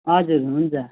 हजुर हुन्छ